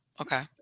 Okay